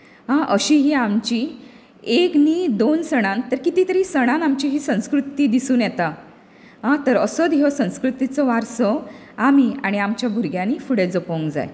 हां अशी ही आमची एक न्ही दोन सणां तर किती तरी सणान आमची ही संस्कृती दिसुन येता हां तर असोच हो संस्कृतीचो वारसो आमी आनी आमच्या भुरग्यांनी फुडें जपोंक जाय